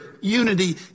unity